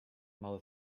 małe